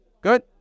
Good